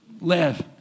Live